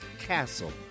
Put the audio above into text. Castle